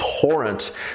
torrent